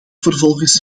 vervolgens